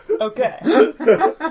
Okay